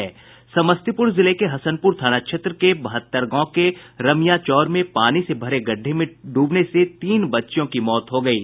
समस्तीपुर जिले के हसनपुर थाना क्षेत्र बहत्तर गांव के रमिया चौर में पानी से भरे एक गड्ढ़े में डूबने से तीन बच्चियों की मौत हो गयी